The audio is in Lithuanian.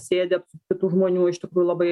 sėdi apsupti tų žmonių iš tikrųjų labai